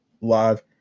live